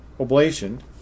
oblation